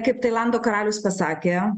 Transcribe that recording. kaip tailando karalius pasakė